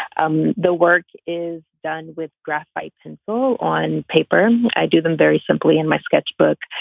um the work is done with grass lights and so on paper i do them very simply in my sketchbook.